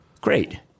great